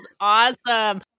awesome